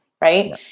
right